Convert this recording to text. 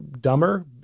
dumber